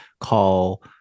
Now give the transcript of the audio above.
call